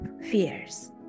fears